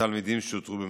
לתלמידים שאותרו במצוקה.